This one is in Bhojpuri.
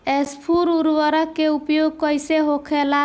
स्फुर उर्वरक के उपयोग कईसे होखेला?